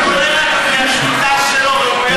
למרות שהוא לא התכונן, השליטה שלו ראויה להערכה.